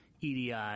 EDI